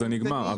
זה נגמר,